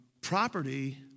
property